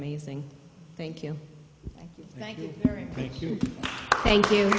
amazing thank you thank you thank you